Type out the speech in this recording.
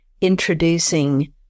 introducing